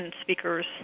speakers